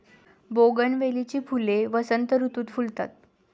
बोगनवेलीची फुले वसंत ऋतुत फुलतात